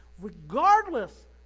Regardless